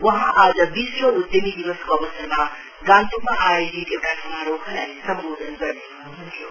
वहाँ आज विश्व उधमी दिवसको अवसरमा गान्तोकमा आयोजित एउटा समारोहलाई सम्बोधन गर्दै हनुहन्थ्यो